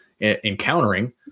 encountering